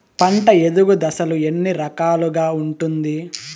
పంట ఎదుగు దశలు ఎన్ని రకాలుగా ఉంటుంది?